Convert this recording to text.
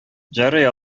ярый